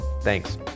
Thanks